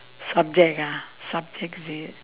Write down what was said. subject ah subject is it